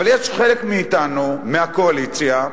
אבל יש חלק מאתנו, מהקואליציה,